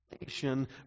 nation